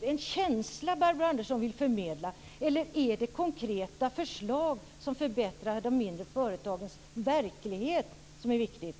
en känsla Barbro Andersson Öhrn vill förmedla eller är det konkreta förslag som förbättrar de mindre företagens verklighet som är viktiga?